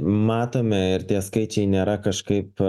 matome ir tie skaičiai nėra kažkaip